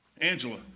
Angela